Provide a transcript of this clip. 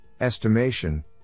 Estimation